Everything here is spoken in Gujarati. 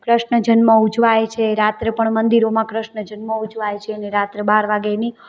કૃષ્ણ જન્મ ઉજવાય છે રાત્રે પણ મંદિરોમાં કૃષ્ણ જન્મ ઉજવાય છે અને રાત્રે બાર વાગ્યે એની